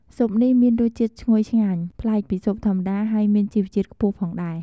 ស៊ុបនេះមានរសជាតិឈ្ងុយឆ្ងាញ់ ប្លែកពីស៊ុបធម្មតា ហើយមានជីវជាតិខ្ពស់ផងដែរ។